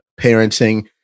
parenting